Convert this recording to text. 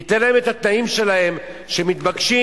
תן להם את התנאים שלהם, שמתבקשים.